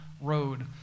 road